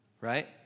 right